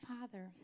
father